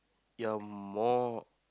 you're more